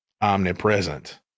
omnipresent